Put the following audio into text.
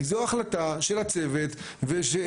כי זו ההחלטה של הצוות שהתקבלה.